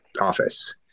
office